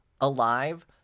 alive